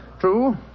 True